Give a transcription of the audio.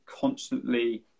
constantly